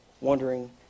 wondering